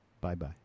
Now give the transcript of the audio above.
Bye-bye